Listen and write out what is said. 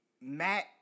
Matt